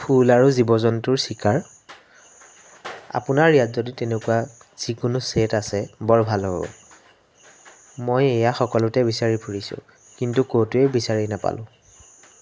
ফুল আৰু জন্তুৰ চিকাৰ আপোনাৰ ইয়াত যদি তেনেকুৱা যিকোনো ছেট আছে বৰ ভাল হ'ব মই এয়া সকলোতে বিচাৰি ফুৰিছোঁ কিন্তু ক'তোৱেই বিচাৰি নাপালোঁ